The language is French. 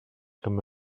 comme